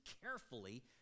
carefully